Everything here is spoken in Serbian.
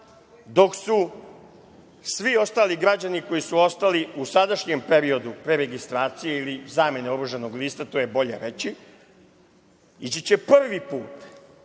dok su svi ostali građani koji su ostali u sadašnjem peridou preregistracije ili zamene oružanog lista, to je bolje reći, ići će prvi put.